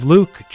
Luke